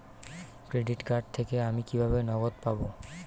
Credit card থেকে আমি কিভাবে নগদ পাব?